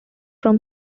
from